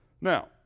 Now